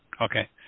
Okay